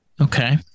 okay